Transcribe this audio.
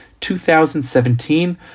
2017